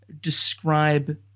describe